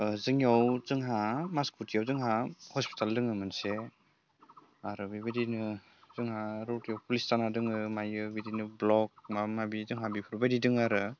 जोंनियाव जोंहा मासखुथियाव जोंहा हसपिटाल दङ मोनसे आरो बेबायदिनो जोंहा रौतायाव पुलिस थाना दङ मायो ब्लग माबा माबि जोंहा बेफोरबायदि दङ आरो